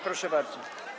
Proszę bardzo.